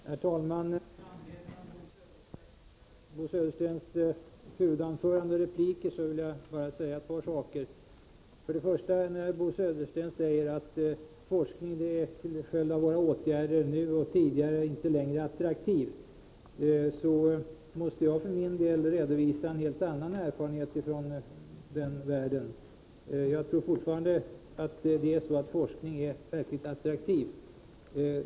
Herr talman! Med anledning av Bo Söderstens huvudanförande och repliker vill jag bara säga ett par saker. När Bo Södersten säger att forskning till följd av våra åtgärder nu och tidigare inte längre är attraktivt måste jag för min del redovisa en helt annan erfarenhet. Jag tror fortfarande att forskning är någonting verkligt attraktivt.